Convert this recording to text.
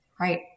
Right